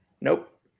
Nope